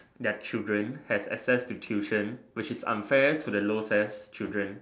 their children has access to tuition which is unfair to the low S_E_S children